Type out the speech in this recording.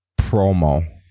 promo